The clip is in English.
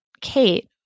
Kate